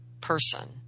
person